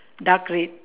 dark red